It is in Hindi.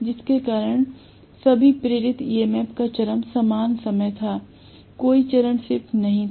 जिसके कारण सभी प्रेरित ईएमएफ का चरम समय समान था कोई चरण शिफ्ट नहीं था